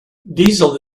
diesel